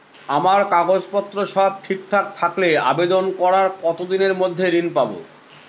আমার কাগজ পত্র সব ঠিকঠাক থাকলে আবেদন করার কতদিনের মধ্যে ঋণ পাব?